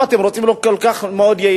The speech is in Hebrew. אם אתם רוצים להיות כל כך יעילים,